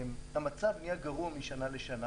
המצב נהיה גרוע משנה לשנה,